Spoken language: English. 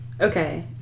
Okay